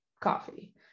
coffee